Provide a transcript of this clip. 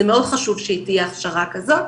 זה מאוד חשוב שתהיה הכשרה כזאת,